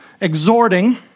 Exhorting